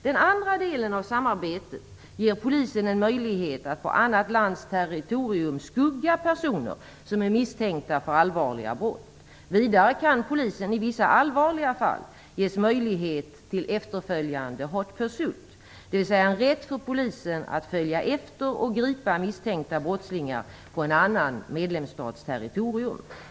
Den andra delen av samarbetet ger polisen en möjlighet att på annat lands territorium "skugga" personer som är misstänkta för allvarliga brott. Vidare kan polisen i vissa allvarliga fall ges möjlighet till efterföljande "hot pursuit", dvs. en rätt för polisen att följa efter och gripa misstänkta brottslingar på en annan medlemsstats territorium.